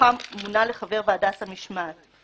שמכוחם מונה לחבר ועדת המשמעת.